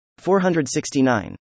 469